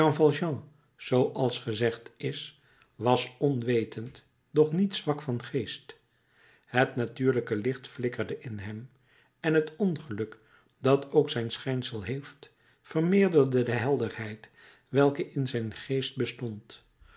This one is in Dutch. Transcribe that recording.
zooals gezegd is was onwetend doch niet zwak van geest het natuurlijke licht flikkerde in hem en het ongeluk dat ook zijn schijnsel heeft vermeerderde de helderheid welke in zijn geest bestond